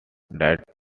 that